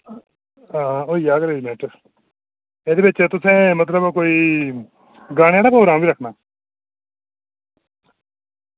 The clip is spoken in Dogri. आं होई जाह्ग अरेंजमेंट एह्दे बिच तुसें मतलब कोई गाने आह्ला प्रोग्राम बी रक्खना